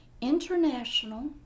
International